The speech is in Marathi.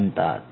म्हणतात